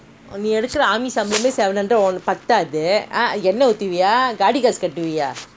நீஎடுக்கறஆர்மிகாசுபத்தாதுஎண்ணஊத்துவியாஇல்லகாடிகாசுகட்டுவியா:nee edukkara army kaasu pathaathu ennna oothuviya illa gaadi kaasu kattuviyaa